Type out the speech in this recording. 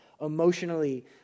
emotionally